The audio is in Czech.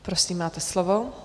Prosím, máte slovo.